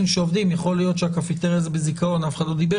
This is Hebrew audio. שעובדים יכול להיות שהקפיטריה היא בזיכיון ואף אחד לא דיבר